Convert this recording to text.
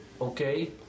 okay